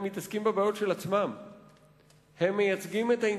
הם מתעסקים בבעיות של עצמם.